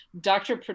Dr